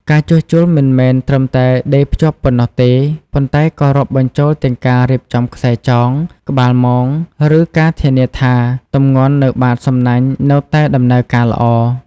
ការជួសជុលមិនមែនត្រឹមតែដេរភ្ជាប់ប៉ុណ្ណោះទេ ប៉ុន្តែក៏រាប់បញ្ចូលទាំងការរៀបចំខ្សែចង ក្បាលមង និងការធានាថាទម្ងន់នៅបាតសំណាញ់នៅតែដំណើរការល្អ។